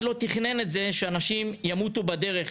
לא תכנן את זה שאנשים "ימותו" בדרך,